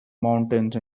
mountains